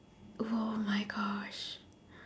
!woah! my gosh